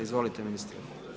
Izvolite, ministre.